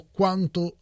quanto